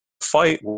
fight